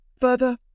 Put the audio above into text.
Further